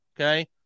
Okay